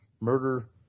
murder